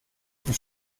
dem